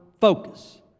focus